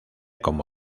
como